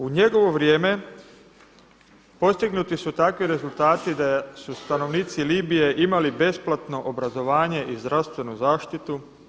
U njegovo vrijeme postignuti su takvi rezultati da su stanovnici Libije imali besplatno obrazovanje i zdravstvenu zaštitu.